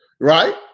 Right